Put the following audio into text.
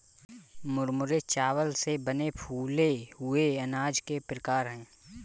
मुरमुरे चावल से बने फूले हुए अनाज के प्रकार है